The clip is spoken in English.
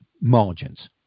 margins